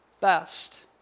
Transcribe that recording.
best